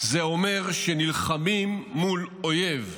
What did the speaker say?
זה אומר שנלחמים מול אויב,